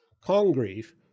Congreve